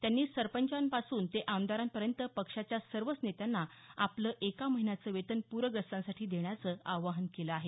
त्यांनी सरंपचांपासून तर आमदारांपर्यंत पक्षाच्या सर्वच नेत्यांना आपलं एका महिन्याचं वेतन प्रग्रस्तांसाठी देण्याचं आवाहन केलं आहे